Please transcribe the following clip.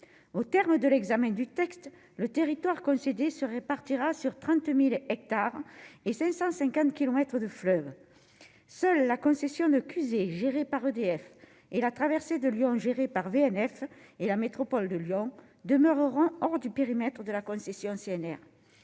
au terme de l'examen du texte, le territoire concédé se répartira sur 30000 hectares et 550 kilomètres de fleuves, seule la concession de QG géré par EDF et la traversée de Lyon géré par VNF et la métropole de Lyon demeureront hors du périmètre de la concession CNR